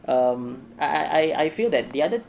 um I I I feel that the other